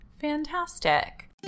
Fantastic